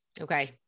Okay